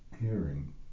hearing